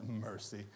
mercy